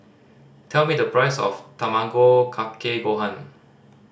tell me the price of Tamago Kake Gohan